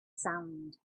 sand